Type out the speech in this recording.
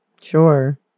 Sure